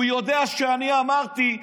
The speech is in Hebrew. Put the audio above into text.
הוא יודע שאני אמרתי: